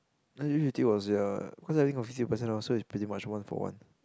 S G fifty was ya cause I think got fifty percent off so it's pretty much one for one